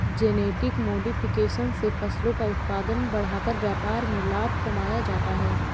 genetic modification से फसलों का उत्पादन बढ़ाकर व्यापार में लाभ कमाया जाता है